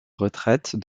retraite